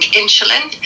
insulin